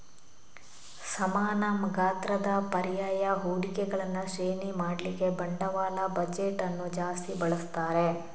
ಸಮಾನ ಗಾತ್ರದ ಪರ್ಯಾಯ ಹೂಡಿಕೆಗಳನ್ನ ಶ್ರೇಣಿ ಮಾಡ್ಲಿಕ್ಕೆ ಬಂಡವಾಳ ಬಜೆಟ್ ಅನ್ನು ಜಾಸ್ತಿ ಬಳಸ್ತಾರೆ